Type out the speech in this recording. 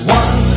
one